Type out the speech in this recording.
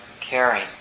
Caring